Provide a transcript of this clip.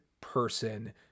person